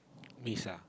miss ah